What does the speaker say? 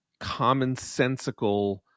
commonsensical